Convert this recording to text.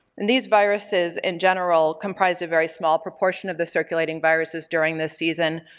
and these viruses in general comprise a very small proportion of the circulating viruses during this season,